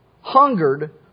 hungered